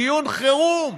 דיון חירום